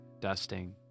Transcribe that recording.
dusting